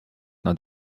nad